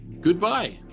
Goodbye